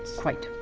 quite,